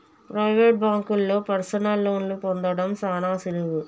private బాంకుల్లో personal లోన్లు పొందడం సాన సులువు